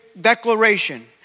declaration